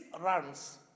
runs